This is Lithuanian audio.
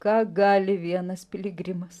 ką gali vienas piligrimas